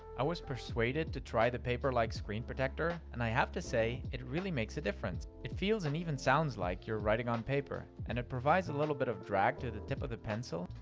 i was persuaded to try the paper like screen protector, and i have to say, it really makes a difference. it feels and even sounds like you're writing on paper, and it provides a little bit of drag to the tip of the pencil,